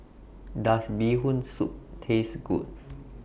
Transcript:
Does Bee Hoon Soup Taste Good